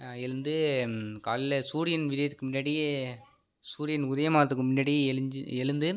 எழுந்து காலைல சூரியன் விடியிறதுக்கு முன்னாடியே சூரியன் உதயமாகிறதுக்கு முன்னாடியே எழுஞ்சி எழுந்து